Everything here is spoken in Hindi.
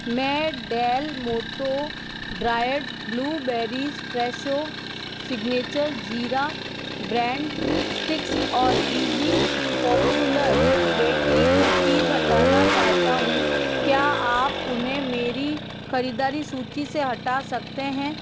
मैं Del Monte dried blueberries Fresho signature jeera brand sticks और B B popular bakery cookies हटाना चाहता हूँ क्या आप उन्हें मेरी ख़रीदारी सूची से हटा सकते हैं